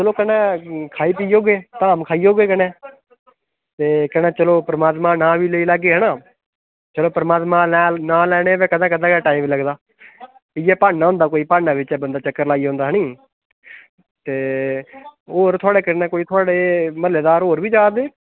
चलो कन्नै खाई पी औगे धाम खाई औगे कन्नै ते कन्नै चलो परमात्मा दा नांऽ बी लेई लैगे है ना चलो परमात्मा दा नांऽ लैने दा बी कदें कदें के टाइम लगदा इ'यै ब्हान्ना होंदा कोई बंदा ब्हान्ने कन्नै के चक्कर लाई औंदा नी ऐ नी ते होर थुआड़े कन्नै थुआड़े कोई म्हल्लेदार होर बी जा दे